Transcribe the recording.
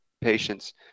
patients